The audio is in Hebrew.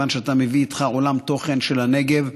מכיוון שאתה מביא איתך עולם תוכן של הנגב,